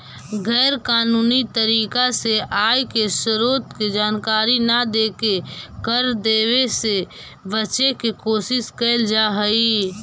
गैर कानूनी तरीका से आय के स्रोत के जानकारी न देके कर देवे से बचे के कोशिश कैल जा हई